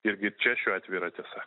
irgi čia šiuo atveju yra tiesa